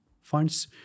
funds